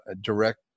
direct